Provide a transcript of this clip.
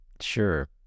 Sure